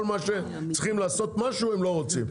כל מה שצריכים לעשות משהו הם לא רוצים.